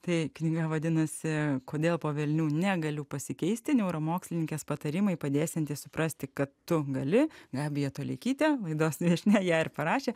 tai knyga vadinasi kodėl po velnių negaliu pasikeisti neuromokslininkės patarimai padėsiantys suprasti kad tu gali gabija toleikytė laidos viešnia ją ir parašė